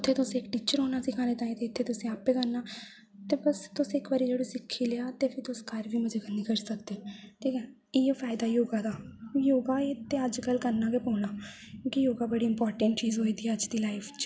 उ'त्थें तुस इक टीचर होना सिखाने ताहीं ते इ'त्थें तुसें आपें करना ते बस तुसें जेल्लै इक बारी सिक्खी लैआ ते फिर तुस घर बी मज़े कन्नै करी सकदे ते इ'यै फायदा योगा दा योगा ते अज्जकल करना गै पौना क्योंकि योगा बड़ी इंपोर्टेंट चीज़ होई दी अज्ज दी लाइफ च